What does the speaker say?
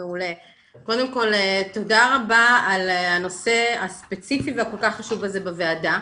קודם כל תודה רבה על הנושא הספציפי והכל כך חשוב הזה בוועדה,